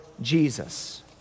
Jesus